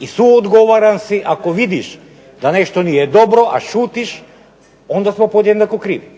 i suodgovoran si ako vidiš da netko nije dobro, a šutiš, onda smo podjednako krivi.